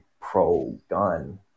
pro-gun